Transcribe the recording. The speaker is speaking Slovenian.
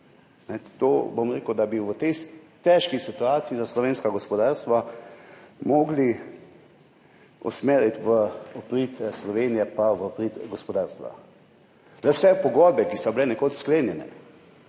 To bi v tej težki situaciji za slovensko gospodarstvo morali usmeriti v prid Slovenije in v prid gospodarstva. Vse pogodbe, ki so bile nekoč sklenjene,